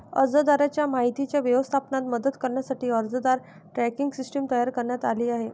अर्जदाराच्या माहितीच्या व्यवस्थापनात मदत करण्यासाठी अर्जदार ट्रॅकिंग सिस्टीम तयार करण्यात आली आहे